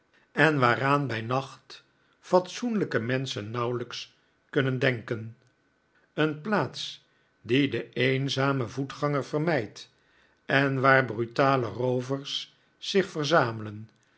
en waaraan bij nacht fatsoenlijke menschen nauwelijks kunnen denken een plaats die de eenzame voetganger vermijdt en waar brutale roovers zich verzamelen